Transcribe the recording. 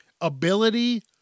ability